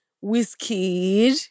Whiskey